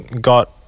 got